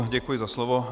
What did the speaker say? Děkuji za slovo.